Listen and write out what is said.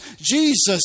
Jesus